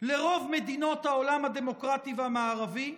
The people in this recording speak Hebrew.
לרוב מדינות העולם הדמוקרטי והמערבי,